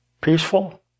peaceful